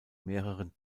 mehreren